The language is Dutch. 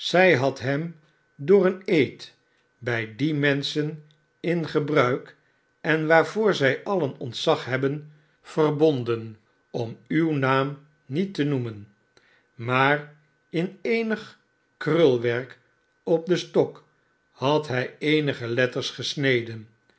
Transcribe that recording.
zij had hem door een eed bij die menschen in gebruik en waarvoor zij alien ontzag hebben verbonden om uw naam niet te noemen maar in eenig krulwerk op den stok had hij eenige letters gesne